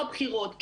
לא בחירות,